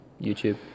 YouTube